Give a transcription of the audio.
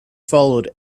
followed